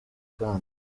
kandi